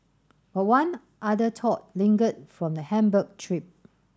but one other thought lingered from the Hamburg trip